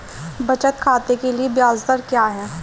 बचत खाते के लिए ब्याज दर क्या है?